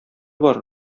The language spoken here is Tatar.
бaр